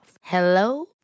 Hello